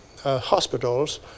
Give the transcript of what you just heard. hospitals